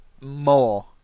More